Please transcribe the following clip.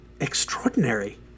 extraordinary